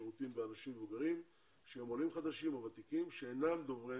שירותים באנשים מבוגרים שהם עולים חדשים וותיקים שהם אינם דוברי